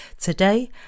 Today